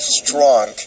strong